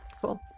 Cool